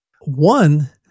One